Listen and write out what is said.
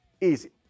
easy